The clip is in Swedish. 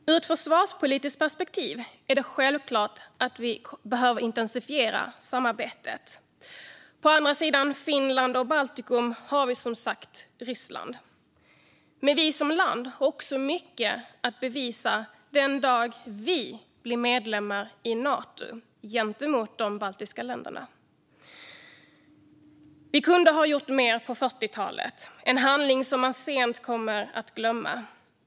Ur ett försvarspolitiskt perspektiv är det självklart att vi behöver intensifiera samarbetet. På andra sidan Finland och Baltikum har vi som sagt Ryssland. Men Sverige som land har också mycket att bevisa gentemot de baltiska länderna den dag då vi blir medlemmar i Nato. Vi i Sverige kunde ha gjort mer på 40-talet; det var en handling som man sent kommer att glömma.